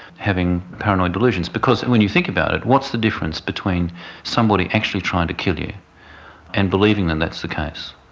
having paranoid delusions. because when you think about it, what's the difference between somebody actually trying to kill you and believing that that's the case?